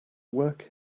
work